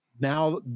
Now